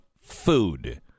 food